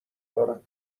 دارم